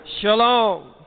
Shalom